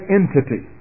entity